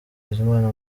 bizimana